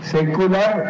Secular